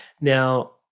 Now